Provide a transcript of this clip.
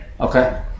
Okay